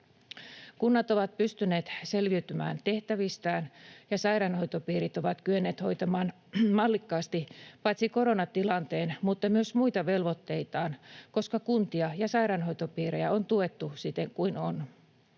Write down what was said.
Kunnat ovat pystyneet selviytymään tehtävistään ja sairaanhoitopiirit ovat kyenneet hoitamaan mallikkaasti paitsi koronatilanteen myös muita velvoitteitaan, koska kuntia ja sairaanhoitopiirejä on tuettu siten kuin on.